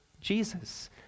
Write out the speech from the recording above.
Jesus